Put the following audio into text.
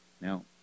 Now